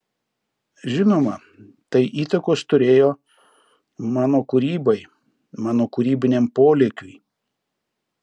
žinoma tai įtakos turėjo mano kūrybai mano kūrybiniam polėkiui